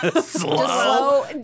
slow